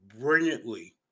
brilliantly